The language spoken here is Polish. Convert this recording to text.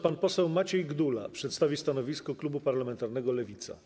Pan poseł Maciej Gdula przedstawi stanowisko klubu parlamentarnego Lewica.